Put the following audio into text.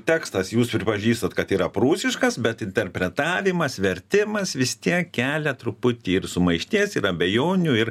tekstas jūs pripažįstat kad yra prūsiškas bet interpretavimas vertimas vis tiek kelia truputį ir sumaišties ir abejonių ir